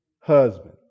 husband